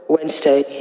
Wednesday